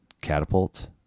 Catapult